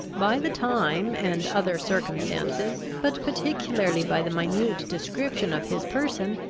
by the time and other circumstances, but particularly by the minute description of his person,